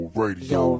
radio